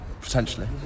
Potentially